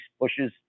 bushes